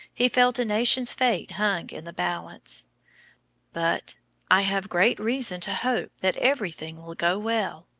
he felt a nation's fate hung in the balance but i have great reason to hope that everything will go well,